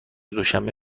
دوشنبه